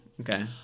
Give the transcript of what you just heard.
Okay